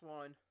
one